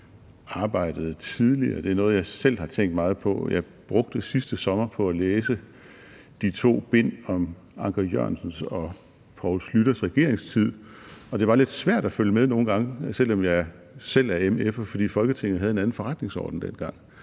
arbejdede tidligere, er noget, jeg selv har tænkt meget på – jeg brugte sidste sommer på at læse de to bind om Anker Jørgensens og Poul Schlüters regeringstid, og det var lidt svært at følge med nogle gange, selv om jeg selv er mf'er, fordi Folketinget havde en anden forretningsorden dengang